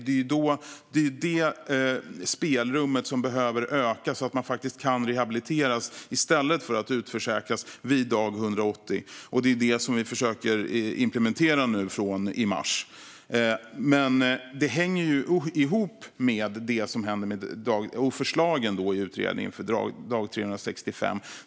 Det är ju det spelrummet som behöver öka, så att man kan rehabiliteras i stället för att utförsäkras vid dag 180. Det är det som vi försöker implementera från och med mars. Men det hänger ihop med det som händer vid dag 365 och förslagen om det i utredningen.